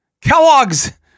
Kellogg's